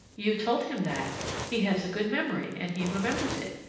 you told him that he has a good memory, and he remembers it.